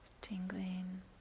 tingling